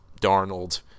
Darnold